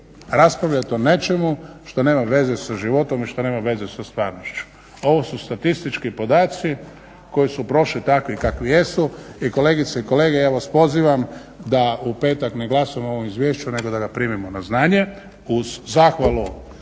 Raspravljati o nečemu što nema veze sa životom i što nema veze sa stvarnošću. Ovo su statistički podaci koji su prošli takvi kakvi jesu i kolegice i kolege ja vas pozivam da u petak ne glasujemo o ovom izvješću nego da ga primimo na znanje uz zahvalu